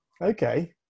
Okay